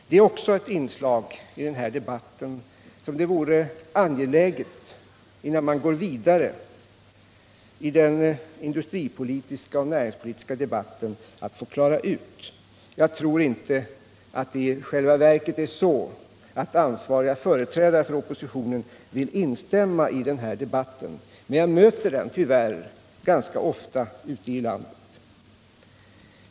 Det är också något som det vore angeläget att få klara ut innan man går vidare i den industripolitiska och näringspolitiska debatten. Jag tror i själva verket inte att ansvariga företrädare för oppositionen vill instämma i den här kritiken, men jag möter den tyvärr ganska ofta ute i landet.